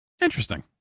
Interesting